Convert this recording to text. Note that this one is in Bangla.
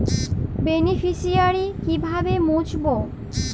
বেনিফিসিয়ারি কিভাবে মুছব?